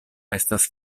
estas